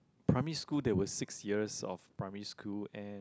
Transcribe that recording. primary school there was six years of primary school and